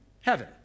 heaven